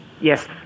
Yes